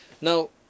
Now